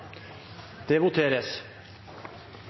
Det voteres